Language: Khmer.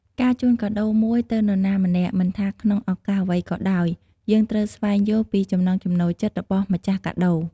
ការជូនកាដូមួយទៅនរណាម្នាក់មិនថាក្នុងឧកាសអ្វីក៏ដោយ យើងត្រូវស្វែងយល់ពីចំណង់ចំណូលចិត្តរបស់ម្ចាស់កាដូ។